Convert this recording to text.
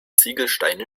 ziegelsteine